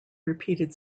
repeated